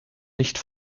nicht